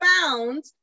found